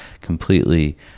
completely